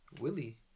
Willie